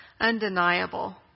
undeniable